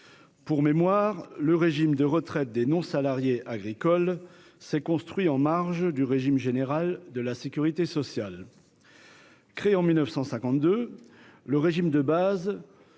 Pour mémoire, le régime de retraite des non-salariés agricoles s'est construit en marge du régime général de la sécurité sociale. Créé en 1952, le régime de base